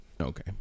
Okay